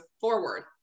forward